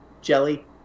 jelly